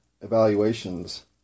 evaluations